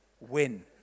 win